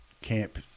camp